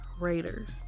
Raiders